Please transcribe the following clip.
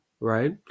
right